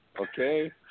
okay